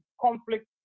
conflict